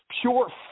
pure